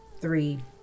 three